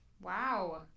Wow